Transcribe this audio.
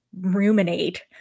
ruminate